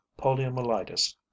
poliomyelitis